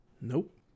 Nope